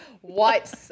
white